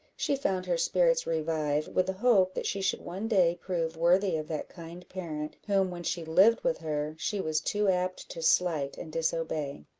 she found her spirits revive, with the hope that she should one day prove worthy of that kind parent, whom, when she lived with her, she was too apt to slight and disobey.